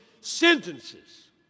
sentences